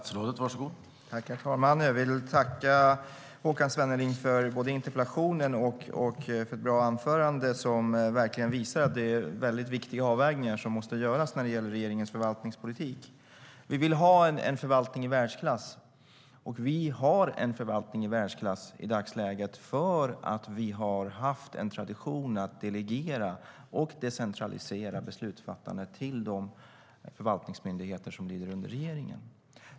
Herr talman! Jag vill tacka Håkan Svenneling för både interpellationen och ett bra anförande som verkligen visar att det är väldigt viktiga avvägningar som måste göras när det gäller regeringens förvaltningspolitik. Vi vill ha en förvaltning i världsklass, och vi har i dagsläget en förvaltning i världsklass för att vi har haft en tradition av att delegera och decentralisera beslutsfattandet till de förvaltningsmyndigheter som lyder under regeringen.